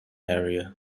area